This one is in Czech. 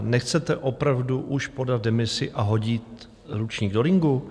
Nechcete opravdu už podat demisi a hodit ručník do ringu?